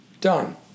Done